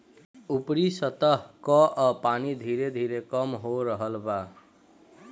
ऊपरी सतह कअ पानी धीरे धीरे कम हो रहल बा